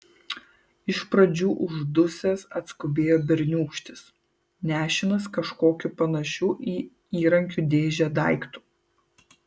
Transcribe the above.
iš pradžių uždusęs atskubėjo berniūkštis nešinas kažkokiu panašiu į įrankių dėžę daiktu